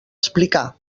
explicar